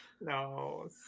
No